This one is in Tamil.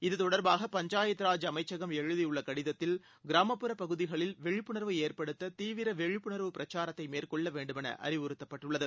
இது தொடர்பாக பஞ்சாயத்து ராஜ் அமைச்சகம் எழுதியுள்ள கடிதத்தில் கிராமப்புற பகுதிகளில் விழிப்புணர்வு ஏற்படுத்த தீவிர விழிப்புணர்வுப் பிரச்சாரத்தை மேற்கொள்ள வேண்டும் என்று அறிவுறுத்தப்பட்டுள்ளது